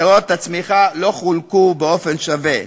פירות הצמיחה לא חולקו באופן שווה.